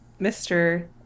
Mr